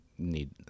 Need